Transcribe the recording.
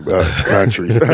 countries